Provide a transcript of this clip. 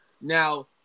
Now